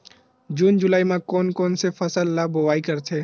जून जुलाई म कोन कौन से फसल ल बोआई करथे?